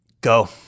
Go